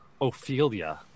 Ophelia